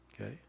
Okay